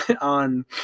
on